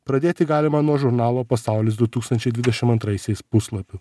pradėti galima nuo žurnalo pasaulis du tūkstančiai dvidešim antraisiais puslapių